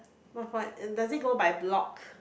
does it go by block